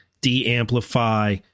de-amplify